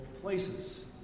places